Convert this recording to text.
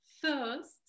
first